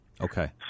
Okay